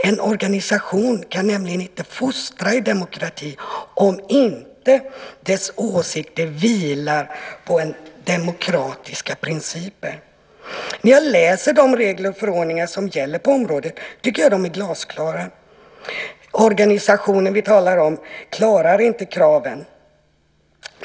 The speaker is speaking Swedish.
En organisation kan nämligen inte fostra i demokrati om inte dess åsikter vilar på demokratiska principer. När jag läser de regler och förordningar som gäller på området tycker jag att de är glasklara. Den organisation som vi talar om klarar inte kraven.